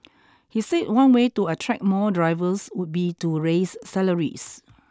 he said one way to attract more drivers would be to raise salaries